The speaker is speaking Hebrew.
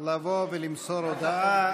לבוא ולמסור הודעה.